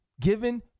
given